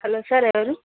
hello sir ఎవరు